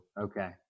Okay